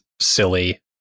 silly